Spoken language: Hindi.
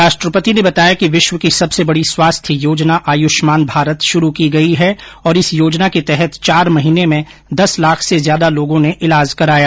राष्ट्रपति ने बताया कि विश्व की सबसे बडी स्वास्थ्य योजना आयुष्मान भारत शुरू की गई है और इस योजना के तहत चार महीने में दस लाख से ज्यारा लोगों ने इलाज कराया